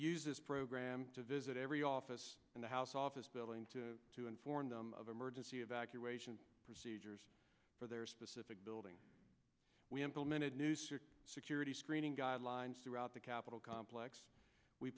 use this program to visit every office in the house office building to to inform them of emergency evacuation procedures for their specific building we implemented news security screening guidelines throughout the capitol complex we